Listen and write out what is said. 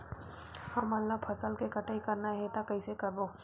हमन ला फसल के कटाई करना हे त कइसे करबो?